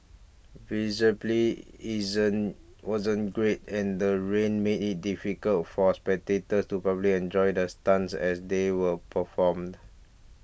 visibly isn't wasn't great and the rain made it difficult for spectators to properly enjoy the stunts as they were performed